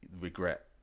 regret